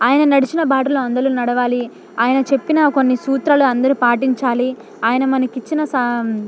ఆయన నడిచిన బాటలో అందరూ నడవాలి ఆయన చెప్పిన కొన్ని సూత్రాలు అందరూ పాటించాలి ఆయన మనకి ఇచ్చిన సా